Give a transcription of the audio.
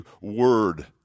Word